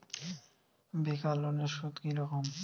বেকার লোনের সুদ কি রকম?